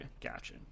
gotcha